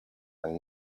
are